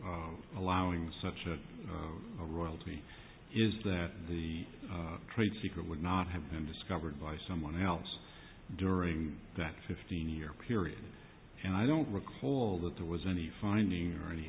allowing such a royalty is that the trade secret would not have been discovered by someone else during that fifteen year period and i don't recall that there was any finding